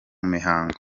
mihango